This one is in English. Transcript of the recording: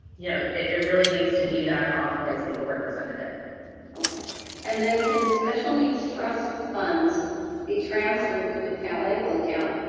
you know it really needs to be that authorized legal representative okay and then can special needs trust funds be transferred to a calable account?